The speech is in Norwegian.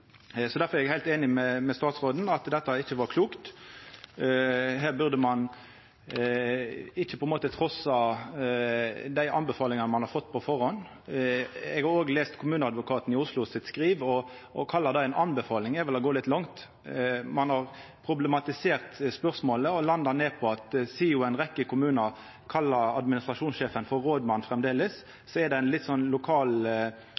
statsråden i at dette ikkje var klokt. Her burde ein ikkje trassa dei anbefalingane ein har fått på førehand. Eg har òg lese kommuneadvokaten i Oslo sitt skriv, og å kalla det ei anbefaling er vel å gå litt langt. Ein har problematisert spørsmålet og landa på at sidan ei rekkje kommunar kallar administrasjonssjefen «rådmann» framleis, er det ein slags lokal